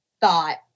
thought